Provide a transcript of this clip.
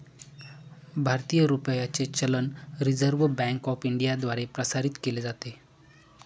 भारतीय रुपयाचे चलन रिझर्व्ह बँक ऑफ इंडियाद्वारे प्रसारित केले जाते